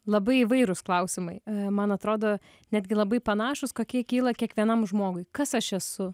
labai įvairūs klausimai man atrodo netgi labai panašūs kokie kyla kiekvienam žmogui kas aš esu